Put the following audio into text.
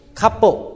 couple